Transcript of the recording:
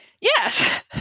Yes